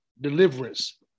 Deliverance